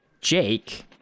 Jake